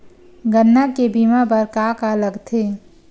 गन्ना के बीमा बर का का लगथे?